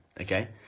Okay